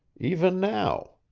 even now.